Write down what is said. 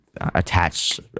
attach